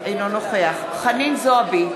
אינו נוכח חנין זועבי,